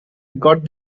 got